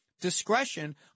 discretion